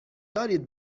دارید